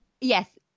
Yes